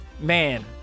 man